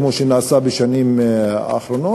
כמו שנעשה בשנים האחרונות,